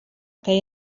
que